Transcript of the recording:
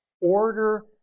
order